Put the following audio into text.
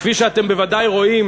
כפי שאתם בוודאי רואים,